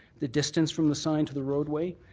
the distance from the sign to the roadway,